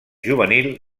juvenil